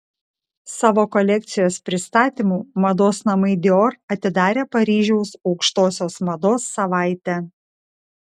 savo kolekcijos pristatymu mados namai dior atidarė paryžiaus aukštosios mados savaitę